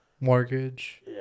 Mortgage